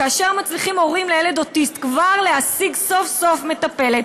כאשר מצליחים הורים לילד אוטיסט כבר להשיג סוף-סוף מטפלת,